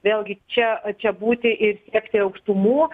vėlgi čia a čia būti ir siekti aukštumų